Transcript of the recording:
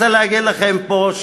ואני רוצה להגיד לכם פה,